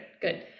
good